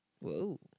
whoa